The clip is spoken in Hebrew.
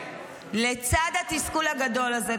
לצד התסכול הגדול הזה,